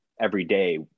everyday